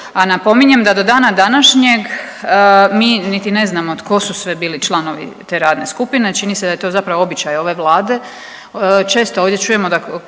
a napominjem da do dana današnjeg mi niti ne znamo tko su sve bili članovi radne skupine. Čini se da je to zapravo običaj ove Vlade. Često ovdje čujemo da